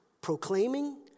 Proclaiming